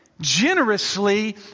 generously